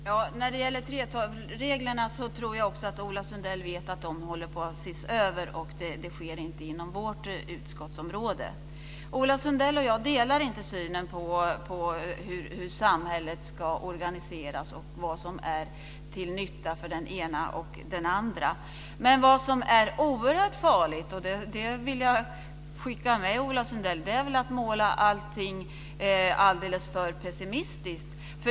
Herr talman! När det gäller 3:12-reglerna tror jag att också Ola Sundell vet att de håller på att ses över, och det sker inte inom vårt utskottsområde. Ola Sundell och jag delar inte synen på hur samhället ska organiseras och vad som är till nytta för den ena och den andra. Men vad som är oerhört farligt, och det vill jag skicka med Ola Sundell, är att måla allting alldeles för mörkt.